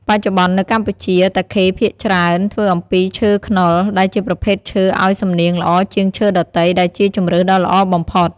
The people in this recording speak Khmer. បច្ចុប្បន្ននៅកម្ពុជា តាខេភាគច្រើនធ្វើអំពីឈើខ្នុរ ដែលជាប្រភេទឈើឲ្យសំនៀងល្អជាងឈើដទៃ ដែលជាជម្រើសដ៏ល្អបំផុត។